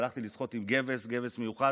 והלכתי לשחות עם גבס מיוחד,